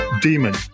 Demon